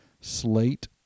Slate